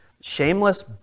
shameless